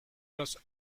los